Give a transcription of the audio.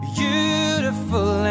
beautiful